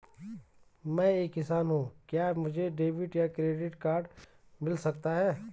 मैं एक किसान हूँ क्या मुझे डेबिट या क्रेडिट कार्ड मिल सकता है?